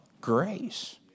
Grace